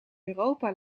europa